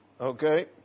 Okay